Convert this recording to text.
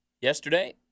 Yesterday